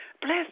Bless